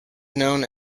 known